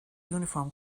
uniform